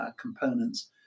components